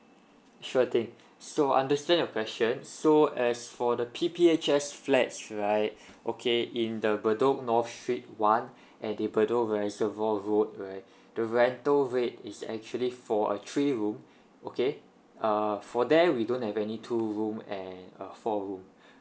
sure thing so understand your question so as for the P_P_H_S flats right okay in the bedok north street one and the bedok reservoir road right the rental rate is actually for a three room okay uh for there we don't have any two room and uh four room